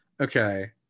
okay